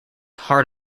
heart